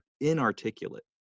inarticulate